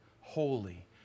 holy